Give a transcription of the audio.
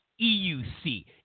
EUC